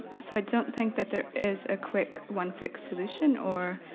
so i don't think that there is a quick, one fix solution or